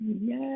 Yes